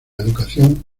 educación